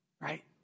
Right